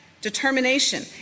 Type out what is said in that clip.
determination